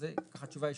אז זה ככה תשובה ישירה.